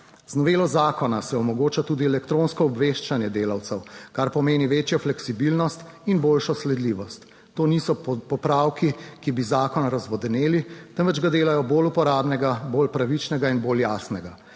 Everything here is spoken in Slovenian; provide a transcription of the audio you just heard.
Z novelo zakona se omogoča tudi elektronsko obveščanje delavcev, kar pomeni večjo fleksibilnost in boljšo sledljivost. To niso popravki, ki bi zakon razvodeneli, temveč ga delajo bolj uporabnega, bolj pravičnega in bolj jasnega.